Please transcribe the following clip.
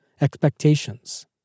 expectations